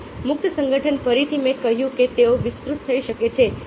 તેથી મુક્ત સંગઠન ફરીથી મેં કહ્યું કે તેઓ વિસ્તૃત થઈ શકે છે